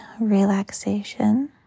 relaxation